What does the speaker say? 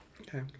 Okay